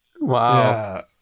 Wow